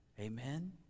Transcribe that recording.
Amen